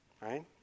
right